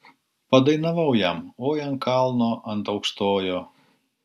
padainavau jam oi ant kalno ant aukštojo